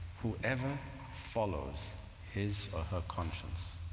whoever follows his or her conscience,